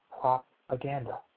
propaganda